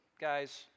guys